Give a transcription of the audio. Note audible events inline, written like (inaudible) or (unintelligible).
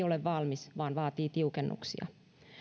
(unintelligible) ole valmis vaan vaatii tiukennuksia